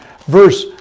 verse